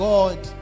God